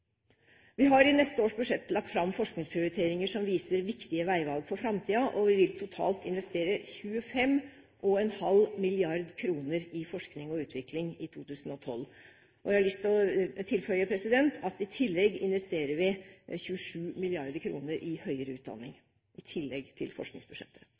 Vi har i neste års budsjett lagt fram forskningsprioriteringer som viser viktige veivalg for framtiden, og vi vil totalt investere 25,5 mrd. kr i forskning og utvikling i 2012. Jeg har lyst til å tilføye at i tillegg investerer vi 27 mrd. kr i høyere utdanning – i tillegg til forskningsbudsjettet.